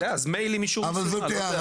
אז מייל למישהו, אני יודע.